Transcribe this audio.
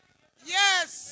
Yes